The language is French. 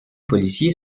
policier